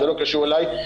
זה לא קשור אליי,